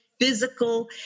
physical